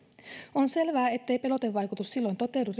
on selvää ettei pelotevaikutus silloin toteudu